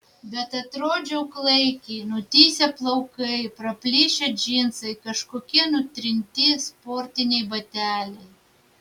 bet atrodžiau klaikiai nutįsę plaukai praplyšę džinsai kažkokie nutrinti sportiniai bateliai